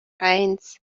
eins